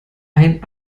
ein